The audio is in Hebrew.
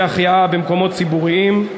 החייאה במקומות ציבוריים (תיקון),